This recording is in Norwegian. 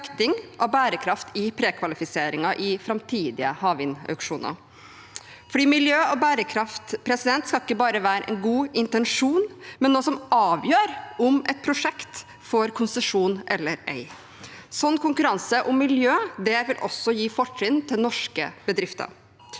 vekting av bærekraft i prekvalifiseringen i framtidige havvindauksjoner. Miljø og bærekraft skal ikke bare være en god intensjon, men også noe som avgjør om et prosjekt får konsesjon eller ei. En sånn konkurranse om miljø vil også gi fortrinn til norske bedrifter.